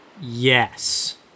Yes